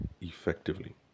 effectively